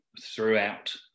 throughout